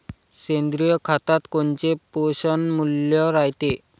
सेंद्रिय खतात कोनचे पोषनमूल्य रायते?